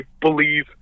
believe